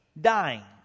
dying